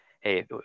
Hey